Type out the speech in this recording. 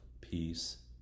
peace